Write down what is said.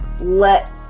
Let